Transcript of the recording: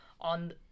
on